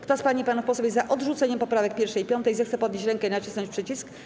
Kto z pań i panów posłów jest za odrzuceniem poprawek 1. i 5., zechce podnieść rękę i nacisnąć przycisk.